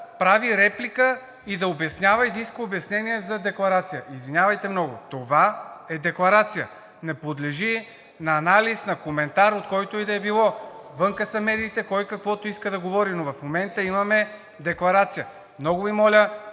прави реплика и да обяснява и да иска обяснение за декларация. Извинявайте много, това е декларация. Не подлежи на анализ, на коментар от когото и да е било. Отвън са медиите – кой каквото иска да говори, но в момента имаме декларация. Много Ви моля